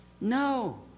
No